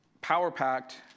power-packed